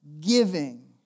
giving